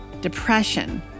depression